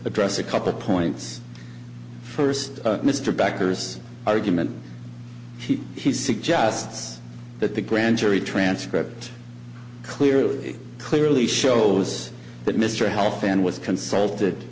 address a couple of points first mr backers argument he suggests that the grand jury transcript clearly clearly shows that mr heller fan was consulted